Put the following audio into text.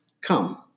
come